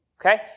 okay